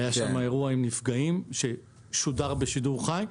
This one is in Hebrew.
היה שם אירוע עם נפגעים ששודר בשידור חי.